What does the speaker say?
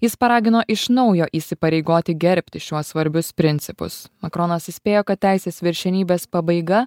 jis paragino iš naujo įsipareigoti gerbti šiuos svarbius principus makronas įspėjo kad teisės viršenybės pabaiga